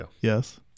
yes